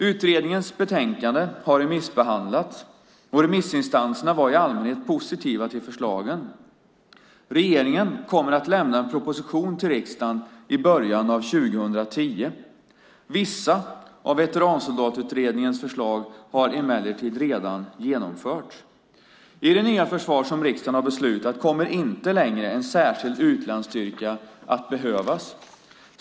Utredningens betänkande har remissbehandlats och remissinstanserna var i allmänhet positiva till förslagen. Regeringen kommer att lämna en proposition till riksdagen i början av 2010. Vissa av Veteransoldatutredningens förslag har emellertid redan genomförts. I det nya försvar som riksdagen har beslutat om kommer inte längre en särskild utlandsstyrka att behövas .